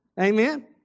Amen